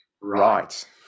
Right